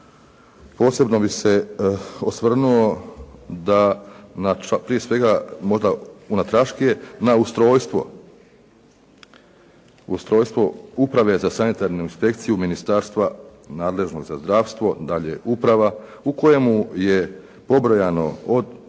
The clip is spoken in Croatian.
posebno osvrnuo da, prije svega možda unatraške, na ustrojstvo, ustrojstvo uprave za sanitarnu inspekciju ministarstva nadležnog za zdravstvo dalje uprava, u kojemu je pobrojano